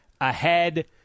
ahead